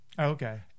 Okay